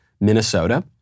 Minnesota